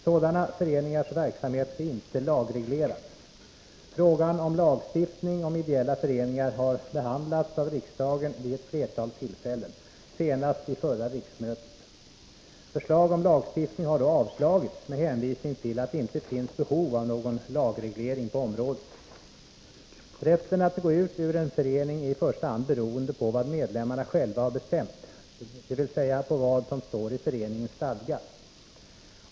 Sådana föreningars verksamhet är inte lagreglerad. Frågan om lagstiftning om ideella föreningar har behandlats av riksdagen vid ett flertal tillfällen, senast vid förra riksmötet. Förslag om lagstiftning har då avslagits med hänvisning till att det inte finns behov av någon lagreglering på området. Rätten att gå ut ur en förening är i första hand beroende av vad medlemmarna själva har bestämt, dvs. av vad som står i föreningens stadgar.